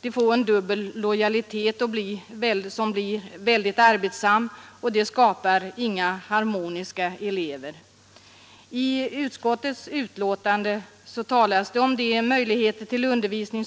De får en dubbel lojalitet som blir väldigt arbetsam, och detta skapar inga harmoniska elever. I utskottets betänkande talas om de möjligheter till undervisning